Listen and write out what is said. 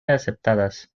aceptadas